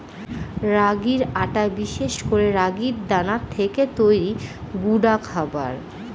রাগির আটা বিশেষ করে রাগির দানা থেকে তৈরি গুঁডা খাবার